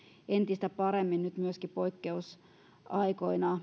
entistä paremmin maatalouteen nyt myöskin poikkeusaikoina